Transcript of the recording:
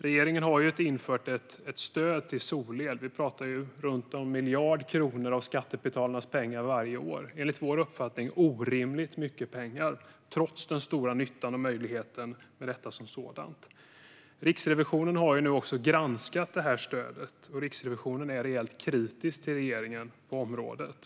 Regeringen har ju infört ett stöd till solel; vi talar om runt 1 miljard kronor av skattebetalarnas pengar varje år. Det är enligt vår uppfattning orimligt mycket pengar, trots den stora nyttan och möjligheten med detta som sådant. Riksrevisionen har nu också granskat det här stödet, och de är rejält kritiska till regeringen på området.